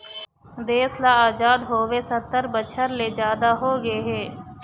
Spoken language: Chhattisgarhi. देश ल अजाद होवे सत्तर बछर ले जादा होगे हे